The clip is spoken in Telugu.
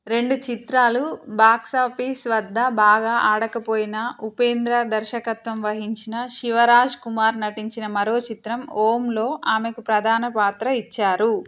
రెండు చిత్రాలు బాక్సాపీస్ వద్ద బాగా ఆడకపోయినా ఉపేంద్ర దర్శకత్వం వహించిన శివరాజ్కుమార్ నటించిన మరో చిత్రం ఓంలో ఆమెకు ప్రధాన పాత్ర ఇచ్చారు